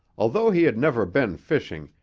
although he had never been fishing,